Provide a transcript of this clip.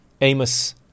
Amos